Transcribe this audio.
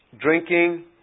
drinking